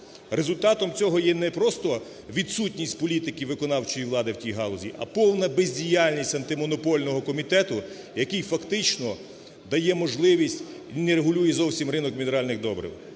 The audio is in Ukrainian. Результатом цього є не просто відсутність політики виконавчої влади в тій галузі. А повна бездіяльність Антимонопольного комітету, який фактично дає можливість, не регулює зовсім ринок мінеральних добрив.